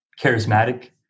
charismatic